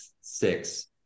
six